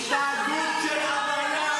-- וכולכם מעלים סרטונים בלי סוף,